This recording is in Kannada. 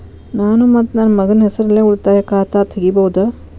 ನಾನು ಮತ್ತು ನನ್ನ ಮಗನ ಹೆಸರಲ್ಲೇ ಉಳಿತಾಯ ಖಾತ ತೆಗಿಬಹುದ?